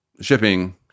shipping